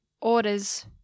orders